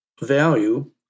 value